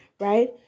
right